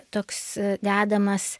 toks dedamas